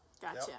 gotcha